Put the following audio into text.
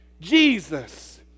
Jesus